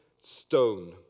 stone